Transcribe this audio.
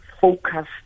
focus